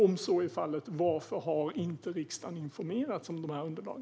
Om så är fallet, varför har inte riksdagen informerats om dessa underlag?